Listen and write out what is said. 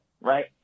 Right